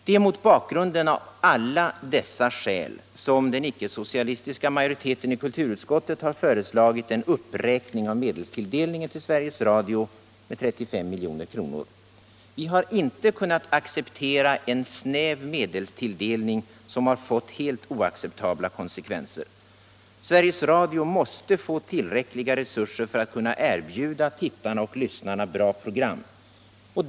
Det är mot bakgrund av alla dessa skäl som den icke-socialistiska majoriteten i kulturutskottet föreslagit en uppräkning av medelstillgången till Sveriges Radio med 35 milj.kr. Vi har inte kunnat acceptera en snäv medelstilldelning som har fått helt oacceptabla konsekvenser. Sveriges Radio måste få tillräckliga resurser för att kunna erbjuda tittare och lyssnare bra program.